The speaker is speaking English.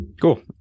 Cool